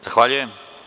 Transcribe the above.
Zahvaljujem.